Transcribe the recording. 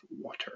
water